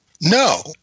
No